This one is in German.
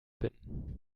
bin